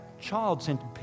child-centered